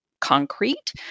concrete